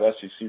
SEC